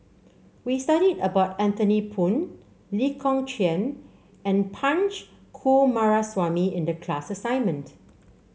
we studied about Anthony Poon Lee Kong Chian and Punch Coomaraswamy in the class assignment